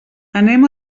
anem